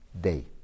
day